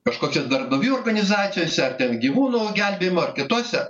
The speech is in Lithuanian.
kažkokios darbdavių organizacijose ar ten gyvūnų gelbėjimo ar kituose